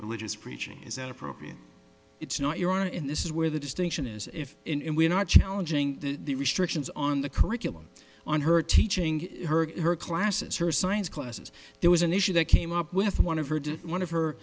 religious preaching is an appropriate it's not you're on in this is where the distinction is if in we're not challenging the restrictions on the curriculum on her teaching her her classes her science classes there was an issue that came up with one of her to one of her